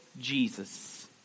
Jesus